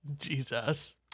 Jesus